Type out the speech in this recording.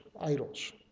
idols